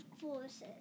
forces